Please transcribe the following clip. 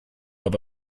have